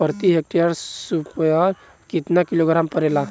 प्रति हेक्टेयर स्फूर केतना किलोग्राम परेला?